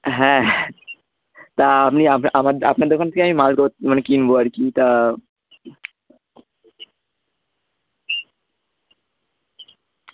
হ্যাঁ তা আপনি আপনা আমার আপনার দোকান থেকে আমি মালপত্র মানে কিনবো আর কি তা